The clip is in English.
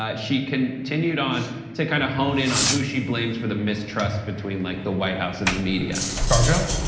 ah she continued on to kinda hone in on who she blames for the mistrust between like the white house and the media. scarjo.